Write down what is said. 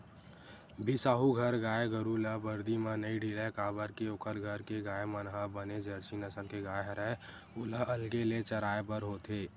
बिसाहू घर गाय गरु ल बरदी म नइ ढिलय काबर के ओखर घर के गाय मन ह बने जरसी नसल के गाय हरय ओला अलगे ले चराय बर होथे